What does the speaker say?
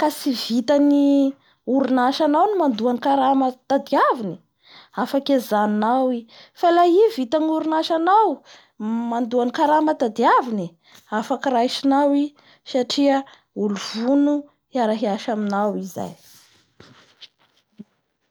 ka tsy vitan'ny oronasanao ny mandoa ny karama tadiaviny afaky ajanonao i, ka la i vitan'ny oronasa nao ny mandoa ny karama tadiaviny afaky raisinao i satria, olo vono hiarahiasa aminao i zay;.